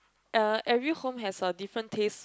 uh every home has a different taste